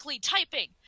typing